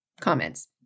comments